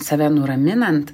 save nuraminant